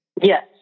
Yes